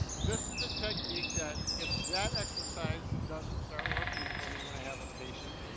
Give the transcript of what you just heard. this is a technique that, if that exercise doesn't start working for me when i have a patient,